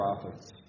prophets